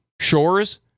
shores